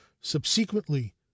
subsequently